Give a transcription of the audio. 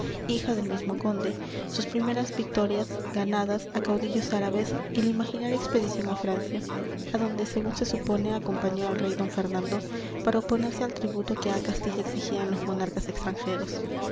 hija del mismo conde sus primeras victorias ganadas á caudillos árabes y la imaginaria expedición á francia á donde según se supone acompañó al rey d fernando para oponerse al tributo que á castilla exigían los monarcas extranjeros